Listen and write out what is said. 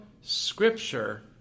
scripture